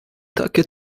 takie